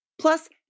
Plus